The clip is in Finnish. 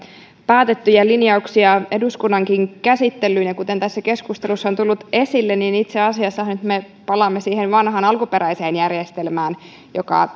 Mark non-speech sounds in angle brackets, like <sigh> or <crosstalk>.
päätettyjä linjauksia eduskunnankin käsittelyyn kuten tässä keskustelussa on tullut esille itse asiassahan me palaamme nyt siihen vanhaan alkuperäiseen järjestelmään joka <unintelligible>